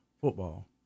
football